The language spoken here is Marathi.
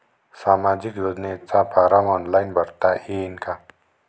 सामाजिक योजनेचा फारम ऑनलाईन भरता येईन का?